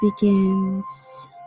begins